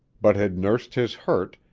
but had nursed his hurt,